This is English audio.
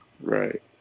Right